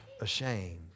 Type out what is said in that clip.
ashamed